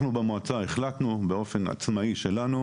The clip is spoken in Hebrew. אנחנו במועצה החלטנו באופן עצמאי שלנו,